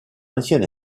ancien